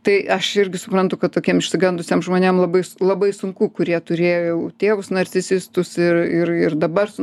tai aš irgi suprantu kad tokiem išsigandusiem žmonėms labai labai sunku kurie turėjau tėvus narcisistus ir ir ir dabar su